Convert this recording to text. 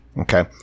Okay